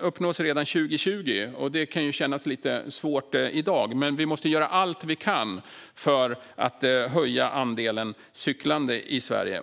uppnås redan 2020. Det kan kännas lite svårt i dag, men vi måste göra allt vi kan för att höja andelen cyklande i Sverige.